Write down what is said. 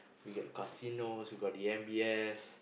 we get casinos we got the M_B_S